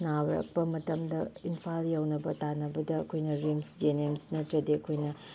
ꯅꯥꯔꯛꯄ ꯃꯇꯝꯗ ꯏꯝꯐꯥꯜ ꯌꯧꯅꯕ ꯇꯥꯅꯕꯗ ꯑꯩꯈꯣꯏꯅ ꯔꯤꯝꯁ ꯖꯦꯅꯤꯝꯁ ꯅꯠꯇ꯭ꯔꯗꯤ ꯑꯩꯈꯣꯏꯅ